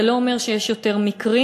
זה לא אומר שיש יותר מקרים.